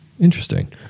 Interesting